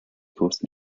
größten